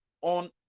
on